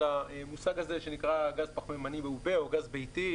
המושג הזה שנקרא גז פחמימני מעובה או גז ביתי,